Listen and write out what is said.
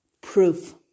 proof